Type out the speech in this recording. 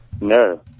No